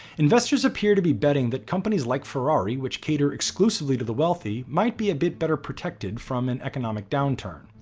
investors appear to be betting that companies like ferrari, which cater exclusively to the wealthy, might be a bit better protected from an economic downturn,